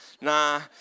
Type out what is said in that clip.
Nah